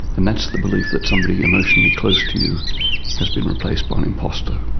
and that's the belief that somebody emotionally close to you has been replaced by an imposter,